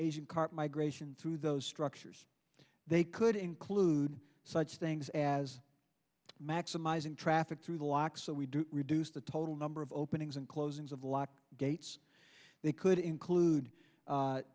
asian carp migration through those structures they could include such things as maximizing traffic through the locks so we do reduce the total number of openings and closings of lock gates they could include